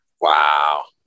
Wow